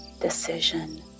decision